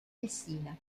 messina